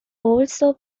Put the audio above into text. also